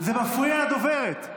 זה מפריע לדוברת.